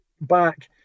back